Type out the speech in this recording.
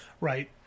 Right